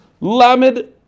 Lamed